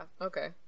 okay